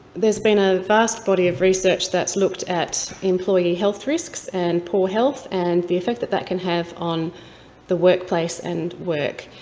there's been a vast body of research that's looked at employee health risks and poor health, and the effect that that can have on the workplace and work.